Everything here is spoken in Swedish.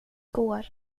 går